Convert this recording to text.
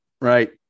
right